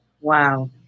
Wow